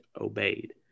obeyed